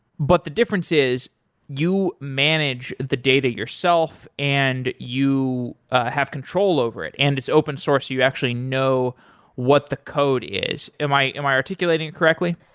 but the difference is you manage the data yourself and you have control over it, and it's open source so you actually know what the code is. am i am i articulating it correctly?